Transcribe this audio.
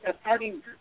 starting